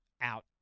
out